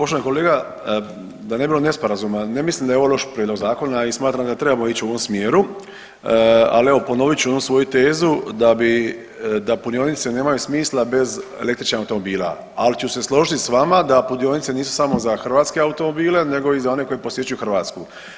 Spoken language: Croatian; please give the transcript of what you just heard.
Poštovani kolega, da ne bi bilo nesporazuma ne mislim da je ovo loš prijedlog zakona i smatram da treba ić u ovom smjeru, ali evo ponovit ću onu svoju tezu da bi, da punionice nemaju smisla bez električnih automobila, al ću se složit s vama da punionice nisu samo za hrvatske automobile nego i za one koji posjećuju Hrvatsku.